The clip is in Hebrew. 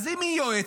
אז אם היא יועצת,